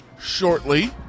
shortly